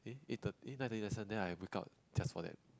eh eight thir~ eh nine thirty lesson then I wake up just for that